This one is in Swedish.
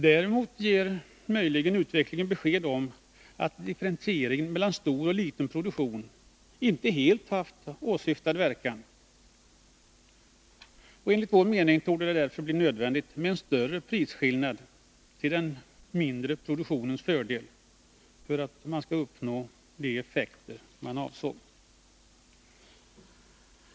Däremot ger möjligen utvecklingen besked om att differentieringen mellan stor och liten produktion inte helt haft åsyftad verkan. Enligt vår mening torde det därför bli nödvändigt med en större prisskillnad till den mindre produktionens fördel för att de avsedda effekterna skall uppnås.